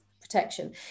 Protection